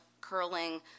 curling